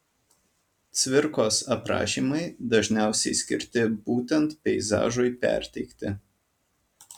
cvirkos aprašymai dažniausiai skirti būtent peizažui perteikti